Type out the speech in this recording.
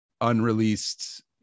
unreleased